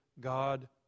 God